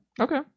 Okay